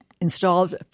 installed